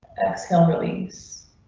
exhale release.